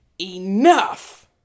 Enough